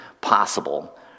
possible